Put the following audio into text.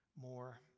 more